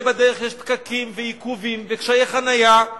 ובדרך יש פקקים ועיכובים וקשיי חנייה,